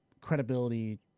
credibility